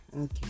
okay